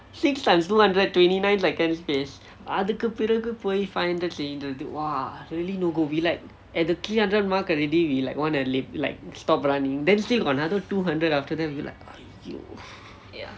six times two hundred twenty nine seconds pace அதுக்கு பிறகு போய்:athukku piraku poi five hundred செய்ரது:seyrathu !wah! really no go we like at the three hundred mark already we like wanna like stop running then still got another two hundred after that we're like !aiyo!